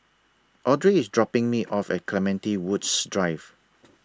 Audry IS dropping Me off At Clementi Woods Drive